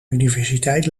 universiteit